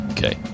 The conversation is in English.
Okay